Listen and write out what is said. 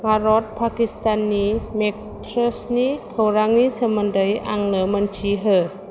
भारत पाकिस्ताननि मेट्रेसनि खौरांनि सोमोन्दै आंनो मोन्थि हो